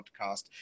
podcast